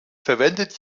verwendet